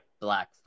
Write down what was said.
black